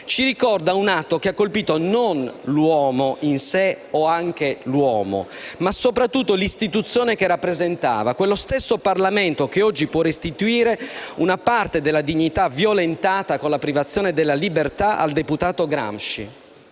Ci ricorda un atto che ha colpito non solo l'uomo in sé, ma anche l'istituzione che rappresentava: quello stesso Parlamento che oggi può restituire una parte della dignità violentata, con la privazione della libertà, al deputato Gramsci.